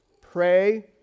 Pray